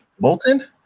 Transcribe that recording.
Bolton